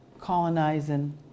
colonizing